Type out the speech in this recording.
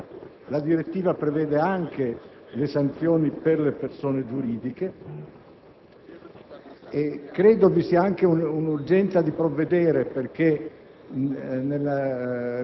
La materia è stata oggetto di un'ampia trattazione in sede di Commissione giustizia, con un parere che figura agli atti all'inizio del nostro fascicolo.